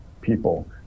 people